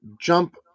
jump